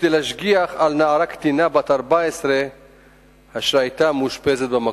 כדי להשגיח על נערה קטינה בת 14 שהיתה מאושפזת במקום.